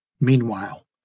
Meanwhile